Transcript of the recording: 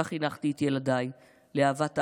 כך חינכתי את ילדיי, לאהבת הארץ,